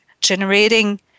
Generating